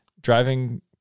Driving